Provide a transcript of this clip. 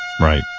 Right